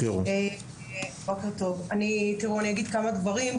אני אגיד כמה דברים,